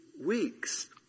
weeks